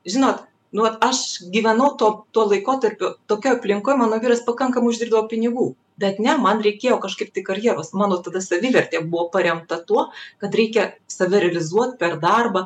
žinot nu vat aš gyvenau tuo tuo laikotarpiu tokioj aplinkoj mano vyras pakankamai uždirbdavo pinigų bet ne man reikėjo kažkaip tai karjeros mano tada savivertė buvo paremta tuo kad reikia save realizuot per darbą